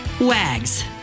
WAGS